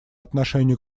отношению